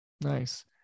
Nice